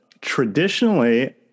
Traditionally